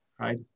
right